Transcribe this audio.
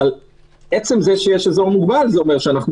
אבל עצם זה שיש אזור מוגבל אומר שאנחנו